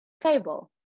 table